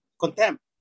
contempt